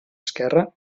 esquerre